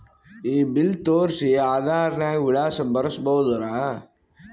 ಈ ಬಿಲ್ ತೋಸ್ರಿ ಆಧಾರ ನಾಗ ವಿಳಾಸ ಬರಸಬೋದರ?